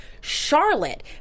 Charlotte